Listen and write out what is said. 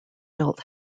built